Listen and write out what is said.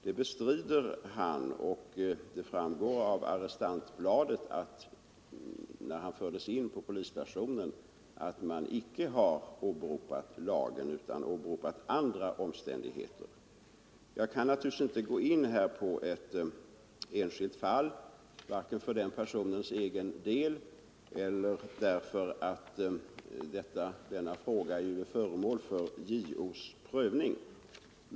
Det bestrider polismannen, och det framgår av arrestantbladet att man icke åberopade denna lag när personen i fråga fördes in på polisstationen utan att det var andra omständigheter som åberopades. Både med hänsyn till denne person och på grund av att fallet är föremål för JO:s prövning kan jag här inte gå in på det enskilda fallet.